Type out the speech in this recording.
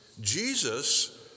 Jesus